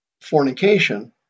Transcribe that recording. fornication